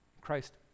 Christ